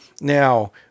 Now